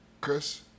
Chris